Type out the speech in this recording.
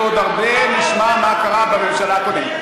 אנחנו עוד נשמע הרבה מה קרה בממשלה הקודמת.